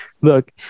Look